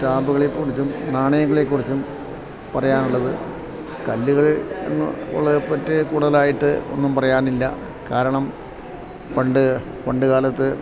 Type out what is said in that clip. സ്റ്റാമ്പുകളെക്കുറിച്ചും നാണയങ്ങളളെക്കറിച്ചും പറയാനുള്ളത് കല്ലുകളെപ്പറ്റി കൂടുതലായിട്ട് ഒന്നും പറയാനില്ല കാരണം പണ്ട് പണ്ടുകാലത്ത്